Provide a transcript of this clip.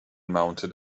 mounted